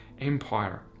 empire